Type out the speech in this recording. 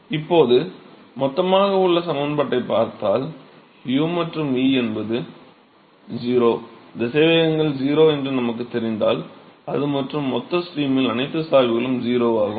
இப்போது மொத்தமாக உள்ள சமன்பாட்டைப் பார்த்தால் u மற்றும் v என்பது 0 திசைவேகங்கள் 0 என்று நமக்குத் தெரியும் அதுமட்டுமின்றி மொத்த ஸ்ட்ரீமில் அனைத்து சாய்வுகளும் 0 ஆகும்